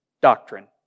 doctrine